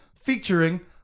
featuring